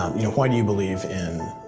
you know why do you believe in?